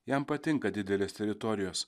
jam patinka didelės teritorijos